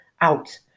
out